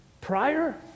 prior